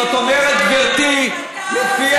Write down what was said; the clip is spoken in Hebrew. זאת אומרת, גברתי, לפי